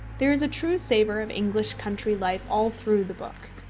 there is a true savour of english country life all through the book.